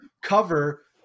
cover